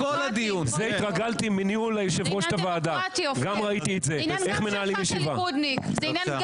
חוק ההתגוננות האזרחית שעל פיו יש סמכות לשר הביטחון להכריז על